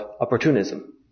opportunism